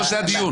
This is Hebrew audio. זה לא הדיון.